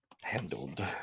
handled